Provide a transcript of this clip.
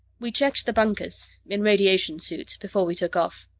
we checked the bunkers in radiation suits before we took off.